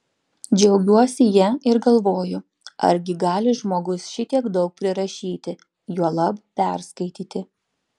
džiaugiuosi ja ir galvoju argi gali žmogus šitiek daug prirašyti juolab perskaityti